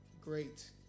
great